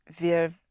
Wir